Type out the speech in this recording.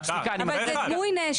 אני אומר לך,